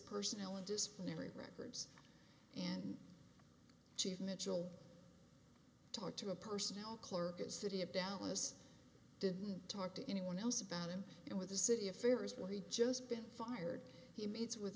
personnel and disciplinary record and chief mitchell talked to a personnel clerk at city of dallas didn't talk to anyone else about him and with the city affairs where he'd just been fired he meets with